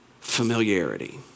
familiarity